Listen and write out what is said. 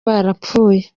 barapfuye